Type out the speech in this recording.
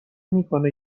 میکنه